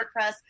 WordPress